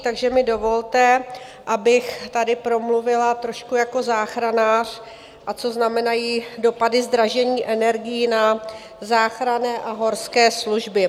Takže mi dovolte, abych tady promluvila trošku jako záchranář, a co znamenají dopady zdražení energií na záchranné a horské služby.